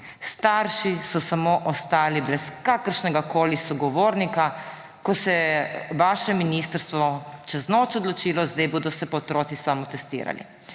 Starši so samo ostali brez kakršnegakoli sogovornika, ko se je vaše ministrstvo čez noč odločilo, zdaj se bodo pa otroci samotestirali.